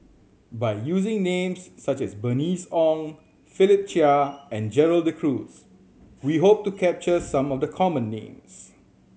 by using names such as Bernice Ong Philip Chia and Gerald De Cruz we hope to capture some of the common names